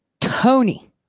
Tony